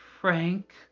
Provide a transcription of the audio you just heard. Frank